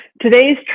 Today's